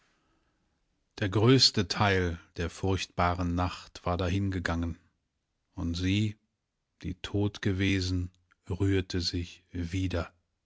der größte teil der furchtbaren nacht war dahingegangen und sie die tot gewesen rührte sich wieder